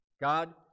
God